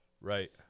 Right